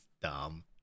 dumb